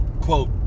quote